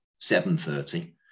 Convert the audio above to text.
7.30